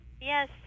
Yes